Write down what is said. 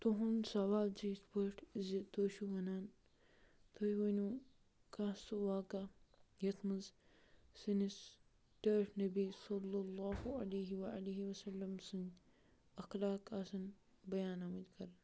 تُہُنٛد سوال چھُ یِتھ پٲٹھۍ زِ تُہۍ چھُو وَنان تُہۍ ؤنِو کانٛہہ سُہ واقع یَتھ منٛز سٲنِس ٹٲٹھ نبی صَلی اللہ علَیہ وَ سَلم سٕنٛدۍ اخلاق آسَن بیان آمٕتۍ کَرنہٕ